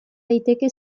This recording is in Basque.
daiteke